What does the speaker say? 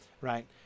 Right